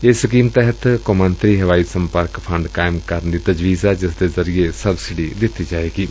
ਏਸ ਸਕੀਮ ਤਹਿਤ ਕੌਮਾਂਤਰੀ ਹਵਾਈ ਸੰਪਰਕ ਫੰਡ ਕਾਇਮ ਕਰਨ ਦੀ ਤਜਵੀਜ਼ ਏ ਜਿਸ ਦੇ ਜ਼ਰੀਏ ਸਬਸਿਡੀ ਦਿੱਤੀ ਜਾਏਗੀ